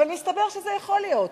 אבל מסתבר שזה יכול להיות.